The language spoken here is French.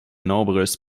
nombreuses